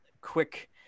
quick